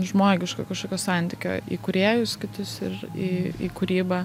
žmogiško kažkokio santykio į kūrėjus kitus ir į į kūrybą